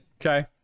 Okay